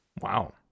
Wow